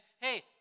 hey